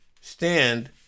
stand